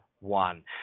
one